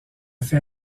fait